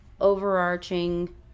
overarching